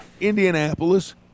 Indianapolis